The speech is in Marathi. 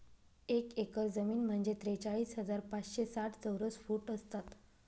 एक एकर जमीन म्हणजे त्रेचाळीस हजार पाचशे साठ चौरस फूट असतात